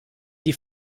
die